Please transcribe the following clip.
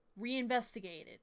reinvestigated